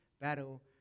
battle